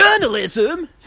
Journalism